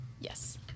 Yes